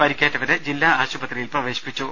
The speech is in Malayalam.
പരിക്കേറ്റവരെ ജില്ലാ ആശുപത്രിയിൽ പ്രവേശിപ്പിച്ചു